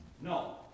No